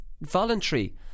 voluntary